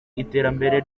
iterambere